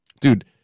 Dude